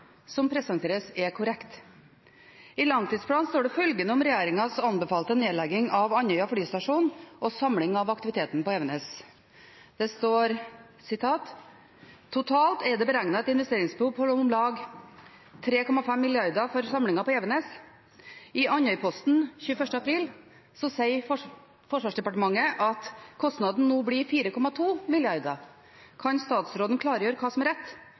som presenteres, er korrekt. I langtidsplanen står det følgende om regjeringens anbefalte nedlegging av Andøya flystasjon og samling av aktiviteten på Evenes: «Totalt er det beregnet et investeringsbehov på om lag 3,5 mrd. kroner for samlingen av aktiviteten på Evenes.» Da er tiden ute. I Andøyposten 21. april sier Forsvarsdepartementet at kostnaden nå blir 4,2 mrd. kr. Kan statsråden klargjøre hva som er rett?